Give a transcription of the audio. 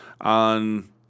on